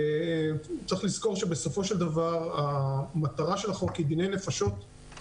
צריך לזכור שבסופו של דבר מטרת החוק היא דיני נפשות,